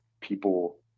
People